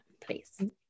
please